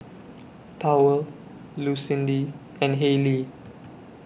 Powell Lucindy and Haylie